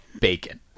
bacon